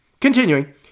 Continuing